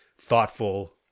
thoughtful